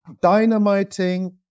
dynamiting